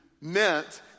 meant